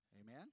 Amen